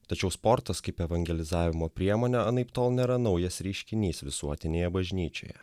tačiau sportas kaip evangelizavimo priemonė anaiptol nėra naujas reiškinys visuotinėje bažnyčioje